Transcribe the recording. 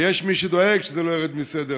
ויש מי שדואג שזה לא ירד מסדר-היום.